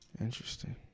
Interesting